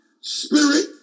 Spirit